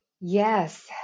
Yes